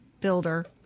Builder